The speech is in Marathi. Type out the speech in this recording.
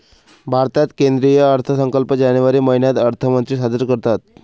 भारतात केंद्रीय अर्थसंकल्प जानेवारी महिन्यात अर्थमंत्री सादर करतात